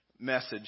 message